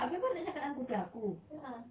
abeh kau nak cakap dengan kucing aku